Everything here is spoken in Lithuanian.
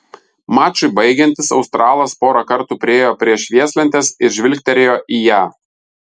mačui baigiantis australas porą kartų priėjo prie švieslentės ir žvilgtelėjo į ją